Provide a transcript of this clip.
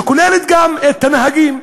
שכוללת גם את הנהגים.